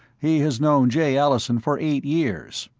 he has known jay allison for eight years,